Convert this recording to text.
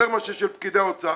יותר מאשר של פקידי האוצר,